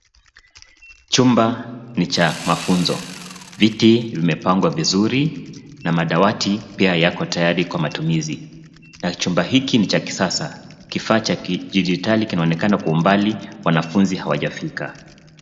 Chumba ni cha mafunzo. Viti vimepangwa vizuri, na madawati pia yako tayari kwa matumizi, na chumba hiki ni cha kisasa. Kifaa cha kidijitali kinaonekana kwa umbali, wanafunzi hawajafika.